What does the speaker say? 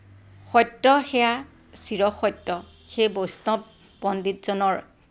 সত্য সেইয়া চিৰ সত্য সেই বৈষ্ণৱ পণ্ডিতজনৰ